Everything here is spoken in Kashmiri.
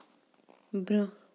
برٛۄنٛہہ